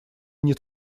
они